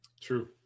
True